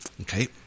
Okay